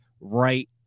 right